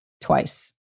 twice